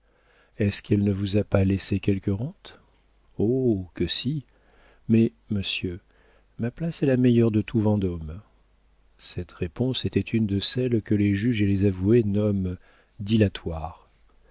est-ce qu'elle ne vous a pas laissé quelque rente oh que si mais monsieur ma place est la meilleure de tout vendôme cette réponse était une de celles que les juges et les avoués nomment dilatoires